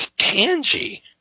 Kanji